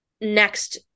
next